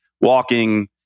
Walking